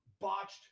botched